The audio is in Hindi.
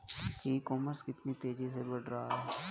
ई कॉमर्स कितनी तेजी से बढ़ रहा है?